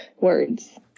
words